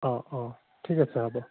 অঁ অঁ ঠিক আছে হ'ব